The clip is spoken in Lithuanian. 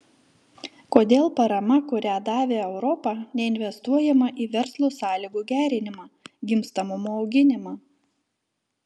kodėl parama kurią davė europa neinvestuojama į verslo sąlygų gerinimą gimstamumo auginimą